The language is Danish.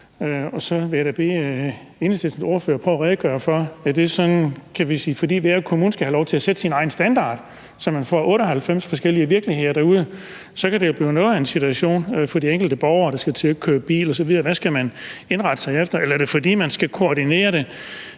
så vil jeg bede Enhedslistens ordfører prøve at redegøre for, om det er, fordi hver kommune skal have lov til at sætte sin egen standard, så man får 98 forskellige virkeligheder derude. Så kan det blive noget af en situation for de enkelte borgere, der skal til at køre bil osv., for hvad skal man indrette sig efter? Eller er det, fordi man skal koordinere det